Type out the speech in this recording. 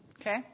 Okay